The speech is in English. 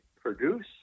produce